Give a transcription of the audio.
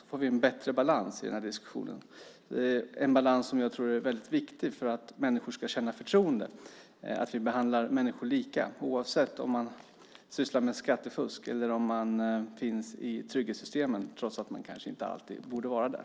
Då får vi en bättre balans i den här diskussionen, en balans som jag tror är väldigt viktig för att människor ska känna förtroende för att vi behandlar alla lika, oavsett om man sysslar med skattefusk eller finns i trygghetssystemen trots att man kanske inte alltid borde vara där.